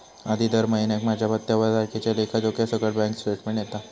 आधी दर महिन्याक माझ्या पत्त्यावर तारखेच्या लेखा जोख्यासकट बॅन्क स्टेटमेंट येता